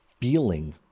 feeling